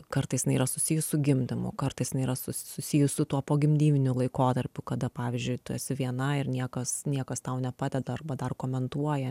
kartais jinai yra susijus su gimdymu kartais jinai yra susijus su tuo pogimdyviniu laikotarpiu kada pavyzdžiui tu esi viena ir niekas niekas tau nepadeda arba dar komentuoja